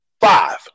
five